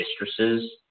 mistresses